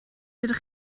ydych